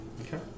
Okay